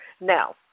now